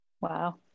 Wow